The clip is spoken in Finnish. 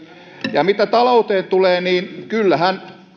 ja mitä talouteen tulee niin kyllähän